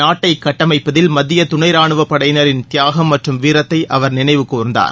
நாட்டை கட்டமைப்பதில் மத்திய துணை ரானுவ படையினரின் தியாகம் மற்றும் வீரத்தை அவர் நினைவுகூர்ந்தார்